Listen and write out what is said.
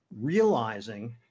realizing